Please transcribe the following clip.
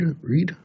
Read